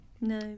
no